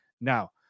now